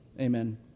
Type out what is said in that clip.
Amen